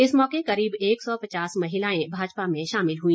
इस मौके करीब एक सौ पचास महिलाऐं भाजपा में शामिल हुई